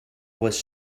was